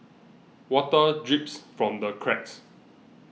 water drips from the cracks